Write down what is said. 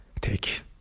take